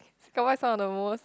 what are some of the most